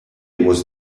was